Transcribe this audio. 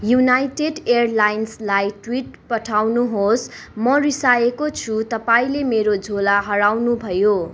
United एयरलाइन्सलाई tweet पठाउनुहोस् म रिसाएको छु तपाईँले मेरो झोला हराउनुभयो